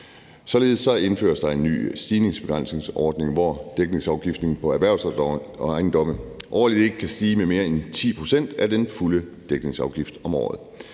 Således indføres der en ny stigningsbegrænsningsordning, hvor dækningsafgiften på erhvervsejendomme årligt ikke kan stige mere end 10 pct. af den fulde dækningsafgift for året.